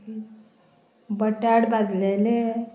बटाट भाजलेले